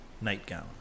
Nightgown